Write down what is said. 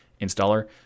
installer